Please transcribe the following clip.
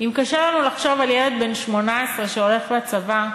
"אם קשה לנו לחשוב על ילד בן 18 שהולך לצבא,